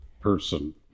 person